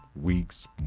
weeks